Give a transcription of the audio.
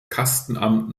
kastenamt